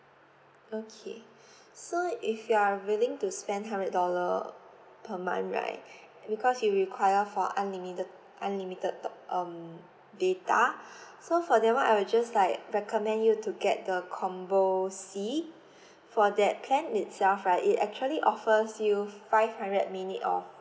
okay so if you are willing to spend hundred dollar per month right because you require for unlimited unlimited do~ um data so for that one I will just like recommend you to get the combo C for that plan itself right it actually offers you five hundred minute of